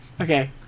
Okay